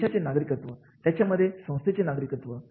देशाचे नागरिकत्व त्याचबरोबर संस्थेचे नागरिकत्व